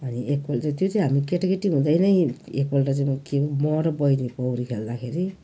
अनि एकपल चाहिँ त्यो चाहिँ हामी केटाकेटी हुँदा नै एकपल्ट चाहिँ म के पो म र बहिनी पौडी खेल्दाखेरि